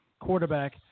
quarterback